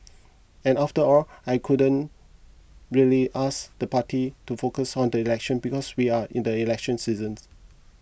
and after all I couldn't really ask the party to focus on the election because we are in the election season